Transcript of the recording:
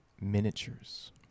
Miniatures